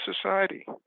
society